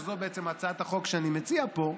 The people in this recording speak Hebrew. שזו בעצם הצעת החוק שאני מציע פה,